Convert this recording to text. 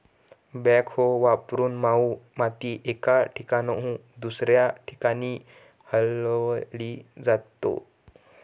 backhoe वापरून मऊ माती एका ठिकाणाहून दुसऱ्या ठिकाणी हलवली जाते